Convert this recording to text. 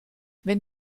wenn